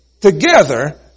together